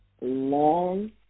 long